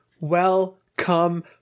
Welcome